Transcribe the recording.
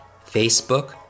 Facebook